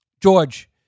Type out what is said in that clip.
George